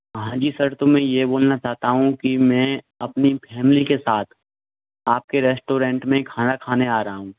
हाँ जी सर तो मैं ये बोलना चाहता हूँ कि मैं अपनी फैमिली के साथ आपके रेस्टोरेंट में खाना खाने आ रहा हूँ